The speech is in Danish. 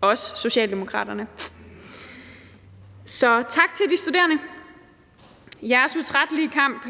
også Socialdemokraterne. Så jeg vil sige tak til de studerende. Jeres utrættelige kamp